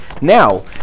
now